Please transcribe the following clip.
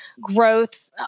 growth